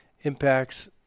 impacts